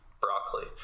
broccoli